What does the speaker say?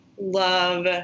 love